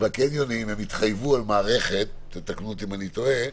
הם התחייבו על מערכת, תתקנו אם אני טועה,